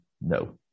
no